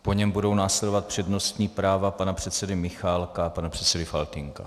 Po něm budou následovat přednostní práva pana předsedy Michálka a pana předsedy Faltýnka.